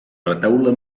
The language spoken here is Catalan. retaule